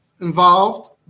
Involved